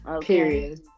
Period